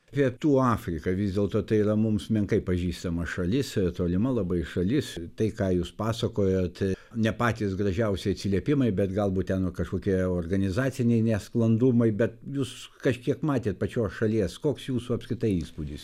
pietų afrika vis dėlto tai yra mums menkai pažįstama šalis tolima labai šalis tai ką jūs pasakojot ne patys gražiausi atsiliepimai bet galbūt ten kažkokie organizaciniai nesklandumai bet jūs kažkiek matėt pačios šalies koks jūsų apskritai įspūdis